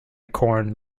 corn